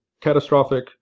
catastrophic